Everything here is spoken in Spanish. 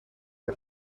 que